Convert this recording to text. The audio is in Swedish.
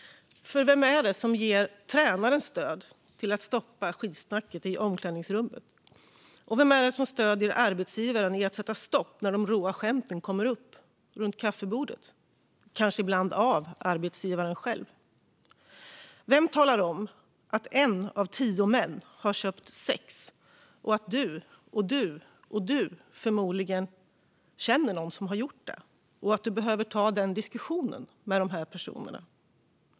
Vem är det som ger tränaren stöd att stoppa skitsnacket i omklädningsrummet? Vem är det som stöder arbetsgivaren att sätta stopp när de råa skämten hörs runt kaffebordet - kanske ibland av arbetsgivaren själv? Vem talar om att en av tio män har köpt sex, att du, du och du förmodligen känner någon som har gjort det och att du behöver ta diskussionen med personerna?